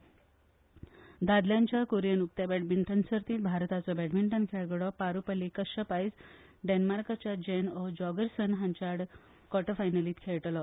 बॅडमिंटन दादल्यांच्या कोरीयन उक्त्या बॅडमिंटन सर्तीत भारताचो बॅडमिंटन खेळगडो पारूपल्ली कश्यप आयज डॅनमार्कच्या जॅन ओ जॉरगॅनसन हाच्या आड क्वाटर फायनलीत खेळटलो